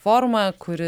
forumą kuri